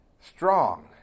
strong